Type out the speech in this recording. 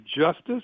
justice